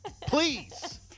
Please